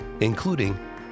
including